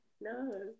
no